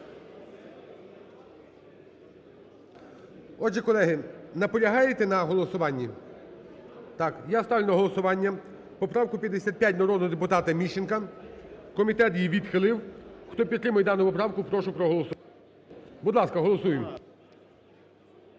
Отже, колеги, наполягаєте на голосуванні? Так. Я ставлю на голосування поправку 55 народного депутата Міщенка. Комітет її відхилив. Хто підтримує дану поправку, прошу проголосувати. Будь ласка, голосуємо.